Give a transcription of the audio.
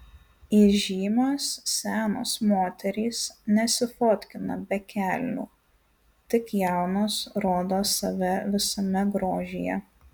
įžymios senos moterys nesifotkina be kelnių tik jaunos rodo save visame grožyje